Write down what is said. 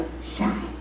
shine